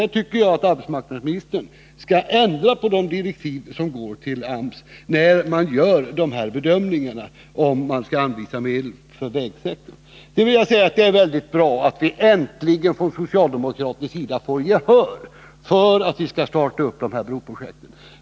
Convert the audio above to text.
Jag tycker att arbetsmarknadsministern skall ändra på de direktiv som går till AMS så att man i framtiden tar hänsyn till den multiplikatoreffekt som AMS-medlen innebär. Jag vill säga att det är bra att vi äntligen på socialdemokratiskt håll fått gehör för att de broprojekt som omnämns i svaret skall startas.